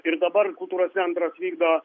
ir dabar kultūros centras vykdo